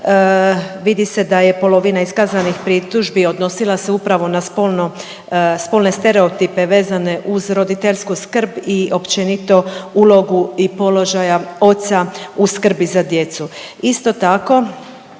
vidi se da je polovina iskazanih pritužbi odnosila se upravo na spolno, spolne stereotipe vezane uz roditeljsku skrb i općenito ulogu i položaja oca u skrbi za djecu. Isto tako,